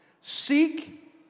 seek